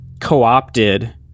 co-opted